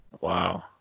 Wow